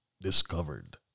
discovered